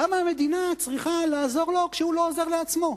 למה המדינה צריכה לעזור לו כשהוא לא עוזר לעצמו?